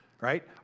Right